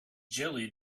jelly